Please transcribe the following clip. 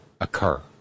occur